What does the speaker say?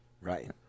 Right